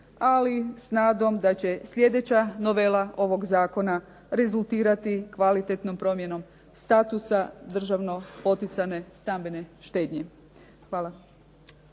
ali s nadom da će sljedeća novela ovog zakona rezultirati kvalitetnom promjenom statusa državno poticane stambene štednje. Hvala.